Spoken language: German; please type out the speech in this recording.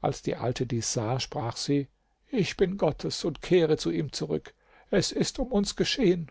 als die alte dies sah sprach sie ich bin gottes und kehre zu ihm zurück es ist um uns geschehen